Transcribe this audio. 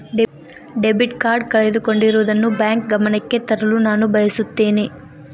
debit card ಕಳೆದುಕೊಂಡಿರುವುದನ್ನು bank ಗಮನಕ್ಕೆ ತರಲು ನಾನು ಬಯಸುತ್ತೇನೆ